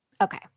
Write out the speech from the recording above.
Okay